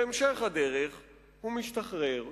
בהמשך הדרך הוא משתחרר,